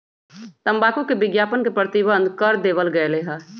तंबाकू के विज्ञापन के प्रतिबंध कर देवल गयले है